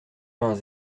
vingts